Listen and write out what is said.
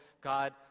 God